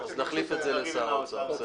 נחליף את זה לשר האוצר.